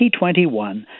2021